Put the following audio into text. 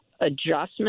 adjustment